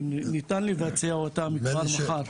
ניתן לבצע אותם כבר מחר.